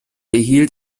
erhielt